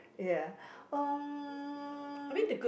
ya mm